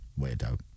Weirdo